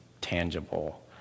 tangible